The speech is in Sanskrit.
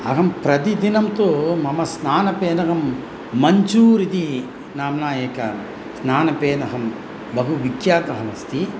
अहं प्रतिदिनं तु मम स्नानफेनकं मञ्चू्र् इति नाम्ना एकं स्नानफेनकं बहु विख्यातमस्ति